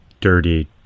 dirty